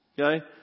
okay